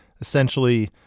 essentially